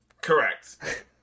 correct